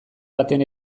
baten